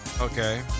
Okay